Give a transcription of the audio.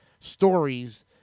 stories